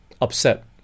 upset